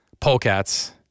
Polecats